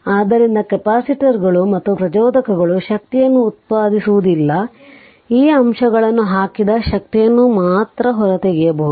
ಆದ್ದರಿಂದ ಕೆಪಾಸಿಟರ್ಗಳು ಮತ್ತು ಪ್ರಚೋದಕಗಳು ಶಕ್ತಿಯನ್ನು ಉತ್ಪಾದಿಸುವುದಿಲ್ಲ ಈ ಅಂಶಗಳನ್ನು ಹಾಕಿದ ಶಕ್ತಿಯನ್ನು ಮಾತ್ರ ಹೊರತೆಗೆಯಬಹುದು